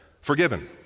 forgiven